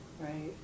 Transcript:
Right